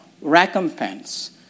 recompense